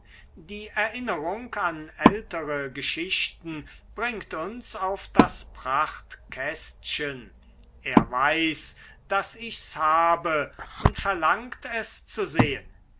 die erinnerung an ältere geschichten bringt uns auf das prachtkästchen er weiß daß ich's habe und verlangt es zu sehen